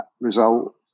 result